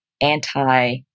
anti